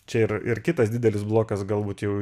čia ir ir kitas didelis blokas galbūt jau